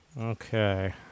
Okay